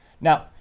now